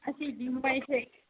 ꯑꯁꯤꯗꯤ ꯎꯄꯥꯏ ꯂꯩꯇꯦ